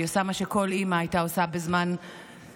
והיא עושה מה שכל אימא הייתה עושה בזמן מצמרר,